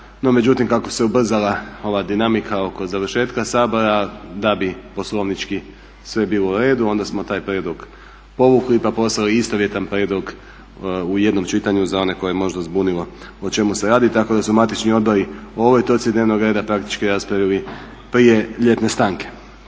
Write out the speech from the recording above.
međutim kako se ubrzala ova dinamika oko završetka Sabora da bi poslovnički sve bilo uredu onda smo taj prijedlog povukli pa poslali istovjetan prijedlog u jednom čitanju za one koje je možda zbunilo o čemu se radi, tako da su matični odbori o ovoj točci dnevnog reda praktički raspravili prije ljetne stanke.